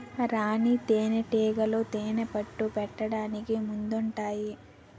రాణీ తేనేటీగలు తేనెపట్టు పెట్టడానికి ముందుంటాయి